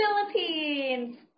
Philippines